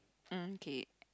mm K